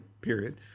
period